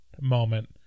moment